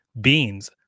beans